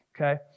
okay